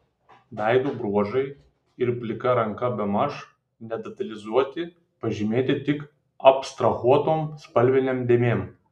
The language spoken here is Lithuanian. veido bruožai ir plika ranka bemaž nedetalizuoti pažymėti tik abstrahuotom spalvinėm dėmėm